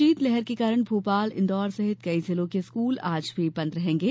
शीतलहर के कारण भोपाल इंदौर सहित कई जिलों के स्कूल आज भी बंद रहेंगे